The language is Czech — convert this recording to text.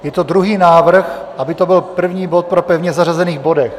Je to druhý návrh, aby to byl první bod po pevně zařazených bodech.